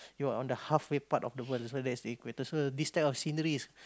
you're on the half way part of the world so that is the equator so this type of scenery is